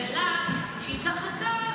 ולה שהיא צחקה,